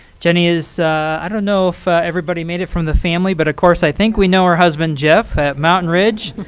jenny is i don't know if everybody made it from the family, but, of course, i think we know her husband, jeff, at mountain ridge,